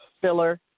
filler